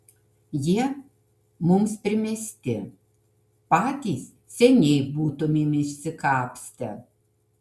jie mums primesti patys seniai būtumėm išsikapstę